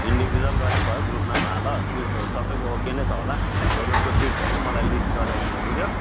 individual गरे पनि भयो ग्रुपमा पनि हाल किट्सहरू सबैको ओके नै छ होला ज जसको किट छैन मलाई लिस्ट गरेर दिनु बुझ्यौ